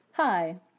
Hi